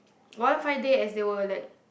one fine day as they were like